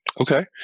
Okay